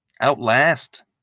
Outlast